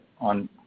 on